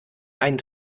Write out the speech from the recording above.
einen